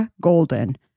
Golden